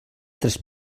tres